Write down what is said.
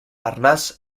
arnas